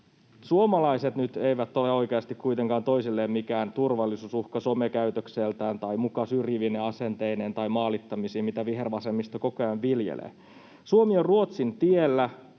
kuitenkaan ole oikeasti toisilleen mikään turvallisuusuhka some- käytöksellään tai muka syrjivine asenteineen tai maalittamisineen, mitä vihervasemmisto koko ajan viljelee. Suomi on Ruotsin tiellä: